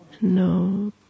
No